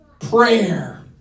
prayer